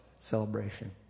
celebration